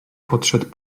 podszedł